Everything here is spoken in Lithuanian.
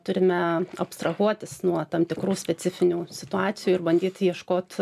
turime abstrahuotis nuo tam tikrų specifinių situacijų ir bandyt ieškot